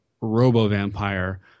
robo-vampire